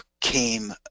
came